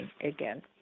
again